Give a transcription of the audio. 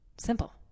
Simple